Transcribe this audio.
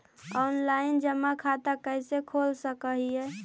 Online जमा खाता कैसे खोल सक हिय?